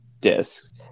discs